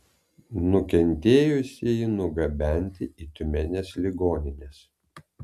nukentėjusieji nugabenti į tiumenės ligonines